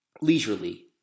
leisurely